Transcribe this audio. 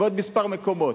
ועוד כמה מקומות.